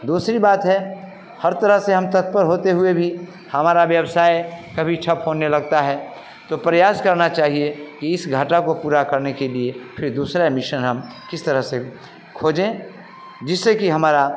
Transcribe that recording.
दूसरी बात है हर तरह से हम तत्पर होते हुए भी हमारा व्यवसाय कभी ठप्प होने लगता है तो प्रयास करना चाहिए कि उस घाटे को पूरा करने के लिए फिर दूसरा मिसन हम किस तरह से खोजें जिससे कि हमारा